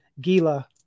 Gila